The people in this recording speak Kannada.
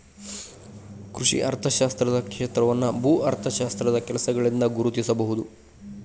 ಕೃಷಿ ಅರ್ಥಶಾಸ್ತ್ರದ ಕ್ಷೇತ್ರವನ್ನು ಭೂ ಅರ್ಥಶಾಸ್ತ್ರದ ಕೆಲಸಗಳಿಂದ ಗುರುತಿಸಬಹುದು